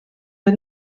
der